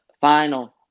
final